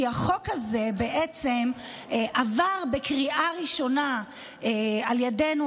כי החוק הזה בעצם עבר בקריאה ראשונה על ידינו,